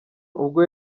ubwo